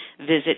visit